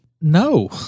No